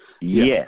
yes